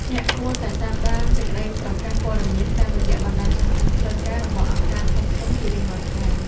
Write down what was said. អ្នកគួរតែតាមដានសេចក្តីប្រកាសព័ត៌មានតាមរយៈបណ្តាញសង្គមផ្លូវការរបស់អង្គការធំៗជារៀងរាល់ថ្ងៃ។